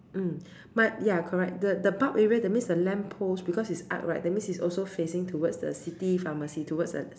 mm but ya correct the the bulb area that means the lamp post because it's arc right that means it's also facing towards the city pharmacy towards a